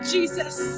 Jesus